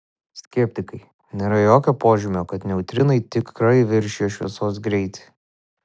skeptikai nėra jokio požymio kad neutrinai tikrai viršijo šviesos greitį